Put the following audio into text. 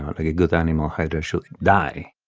um like a good animal, hydra should die